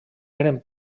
eren